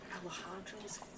Alejandro's